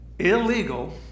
illegal